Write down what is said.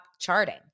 charting